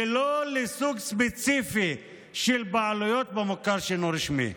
ולא לסוג ספציפי של בעלויות במוכר שאינו רשמי.